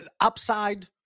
upside